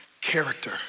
character